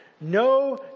no